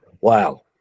wow